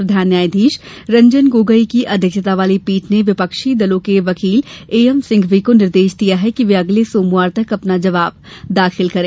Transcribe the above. प्रधान न्यायाधीश रंजन गोगोई की अध्यक्षता वाली पीठ ने विपक्षी दलों के वकील एएम सिंघवी को निर्देश दिया कि वे अगले सोमवार तक अपना जवाब दाखिल करें